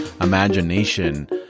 imagination